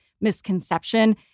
misconception